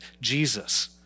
Jesus